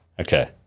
Okay